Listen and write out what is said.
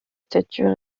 statuts